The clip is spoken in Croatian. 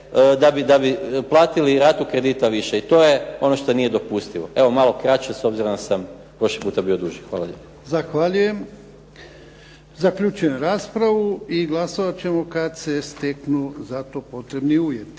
da bi platili ratu kredita više i to je ono što nije dopustivo. Evo malo kraće, s obzirom da sam prošli puta bio duži. Hvala lijepo. **Jarnjak, Ivan (HDZ)** Zahvaljujem. Zaključujem raspravu i glasovati ćemo kad se steknu za to potrebni uvjeti.